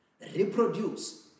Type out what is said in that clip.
Reproduce